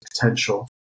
potential